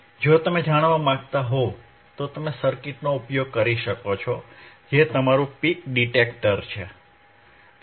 જો તમે જાણવા માંગતા હો તો તમે સર્કિટનો ઉપયોગ કરી શકો છો જે તમારું પીક ડિટેક્ટર છે